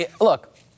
look